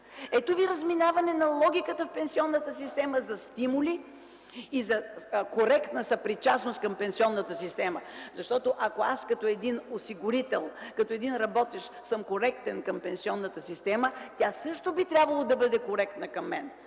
Ето ви разминаване на логиката в пенсионната система за стимули и за коректна съпричастност към пенсионната система. Ако аз като осигурител, като работещ съм коректна към пенсионната система, тя също би трябвало да бъде коректна към мен.